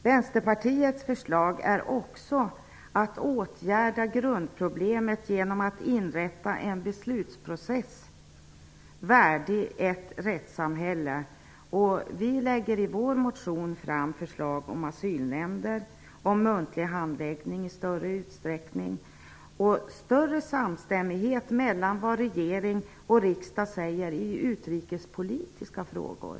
Vänsterpartiets förslag är också att åtgärda grundproblemet genom att åstadkomma en beslutsprocess värdig ett rättssamhälle. Vi lägger i vår motion fram förslag om asylnämnder, muntlig handläggning i större utsträckning och större samstämmighet mellan vad regering och riksdag säger i utrikespolitiska frågor.